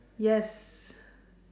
yes